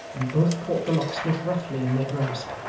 and both caught the locksmith roughly in their grasp.